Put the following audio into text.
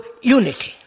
unity